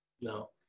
No